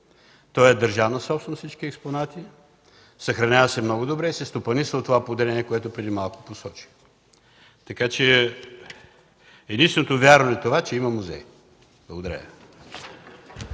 Той е държавна собственост – всички експонати. Съхранява се много добре и се стопанисва от това поделение, което преди малко посочих. Така че единственото вярно е това, че има музей. Благодаря